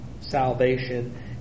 salvation